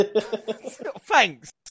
Thanks